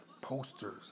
posters